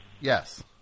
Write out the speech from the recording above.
Yes